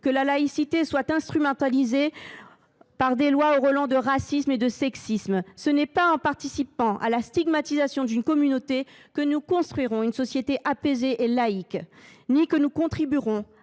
que la laïcité soit instrumentalisée par des lois aux relents de racisme et de sexisme. Ce n’est pas en participant à la stigmatisation d’une communauté que nous construirons une société apaisée et laïque ni que nous contribuerons